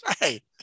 Right